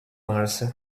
mars